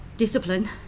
discipline